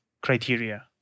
criteria